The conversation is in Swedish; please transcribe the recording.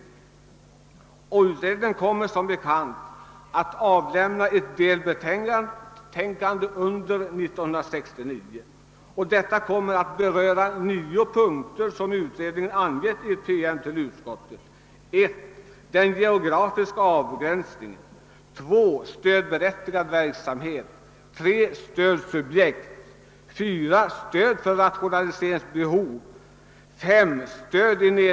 Denna utredning kommer som bekant att avlämna ett delbetänkande under 1969.